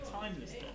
timeless